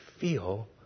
feel